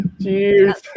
cheers